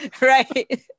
Right